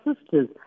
sisters